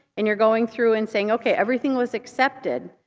and you're going through and saying, okay, everything was accepted.